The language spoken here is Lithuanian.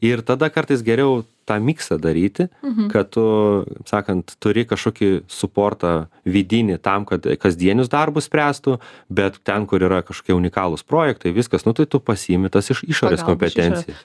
ir tada kartais geriau tą miksą daryti kad tu taip sakant turi kažkokį suportą vidinį tam kad kasdienius darbus spręstų bet ten kur yra kažkoki unikalūs projektai viskas nu tai tu pasiimi tas iš išorės kompetencijas